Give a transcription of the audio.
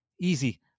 Easy